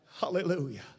Hallelujah